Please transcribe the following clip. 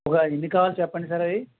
ఓ ఎన్ని కావాలో చెప్పండి సార్ అవి